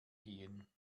gehen